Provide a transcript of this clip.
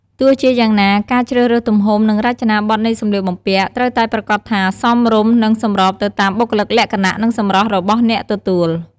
ទោះជាយ៉ាងណា ការជ្រើសរើសទំហំ និងរចនាបថនៃសម្លៀកបំពាក់ត្រូវតែប្រាកដថាសមរម្យ និងសម្របទៅតាមបុគ្គលិកលក្ខណៈ និងសម្រស់របស់អ្នកទទួល។